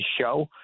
show